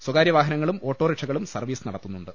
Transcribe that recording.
സ്വകാര്യവാഹനങ്ങളും ഓട്ടോറിക്ഷകളും സർവ്വീസ് നടത്തുന്നുണ്ട്